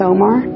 Omar